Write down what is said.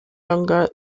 younger